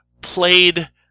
played